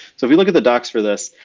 so if you look at the docs for this.